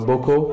Boko